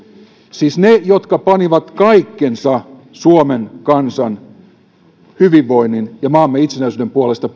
siis heiltä jotka panivat kaikkensa peliin suomen kansan hyvinvoinnin ja maamme itsenäisyyden puolesta